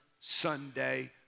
Sunday